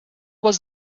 was